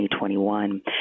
2021